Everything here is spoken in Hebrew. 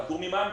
פטור ממע"מ,